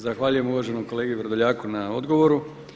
Zahvaljujem uvaženom kolegi Vrdoljaku na odgovoru.